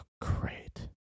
great